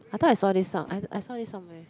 I thought I saw this song I I saw this somewhere